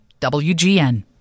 WGN